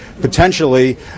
potentially